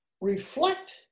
reflect